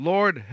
Lord